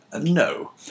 No